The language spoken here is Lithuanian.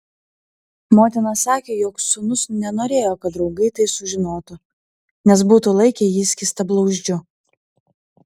motina sakė jog sūnus nenorėjo kad draugai tai sužinotų nes būtų laikę jį skystablauzdžiu